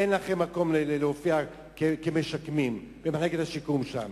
אין לכם מקום להופיע כמשקמים, במחלקת השיקום שם.